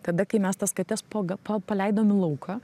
tada kai mes tas kates poga pa paleidom į lauką